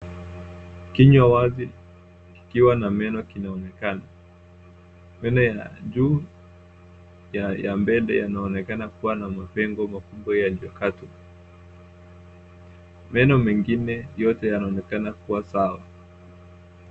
Kinywa wazi ikiwa na meno kinaonekana. Meno ya juu ya mbele yanaonekana kuwa na mapengo makubwa yaliyokatwa. Meno mengine yote yanaonekana kuwa sawa.